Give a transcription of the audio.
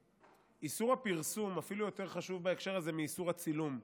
איסור הפרסום אפילו יותר חשוב בהקשר הזה מאיסור הצילום.